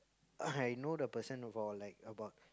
I know the person for like about